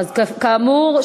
כאמור,